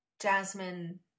Jasmine